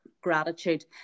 gratitude